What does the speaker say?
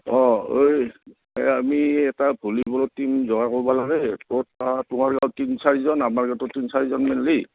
অঁ এই এই আমি এটা ভলীবলৰ টিম যোৱা কৰিব লাগে ত' ত তোমাৰ তিনি চাৰিজন আমাৰ ইয়াতো তিনি চাৰিজন মিলি